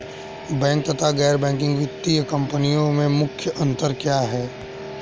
Bank तथा गैर banking वित्तीय कंपनियों में मुख्य अंतर क्या है?